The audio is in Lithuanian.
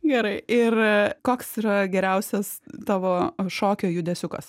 gerai ir koks yra geriausias tavo šokio judesiukas